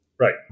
Right